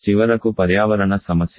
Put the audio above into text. చివరకు పర్యావరణ సమస్యలు